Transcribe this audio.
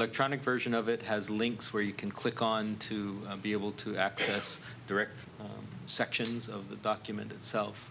electronic version of it has links where you can click on to be able to access direct sections of the document itself